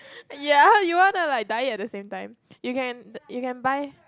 ya you wanna like dye it at the same time you can you can buy